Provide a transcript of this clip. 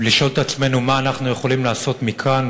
לשאול את עצמנו מה אנחנו יכולים לעשות מכאן,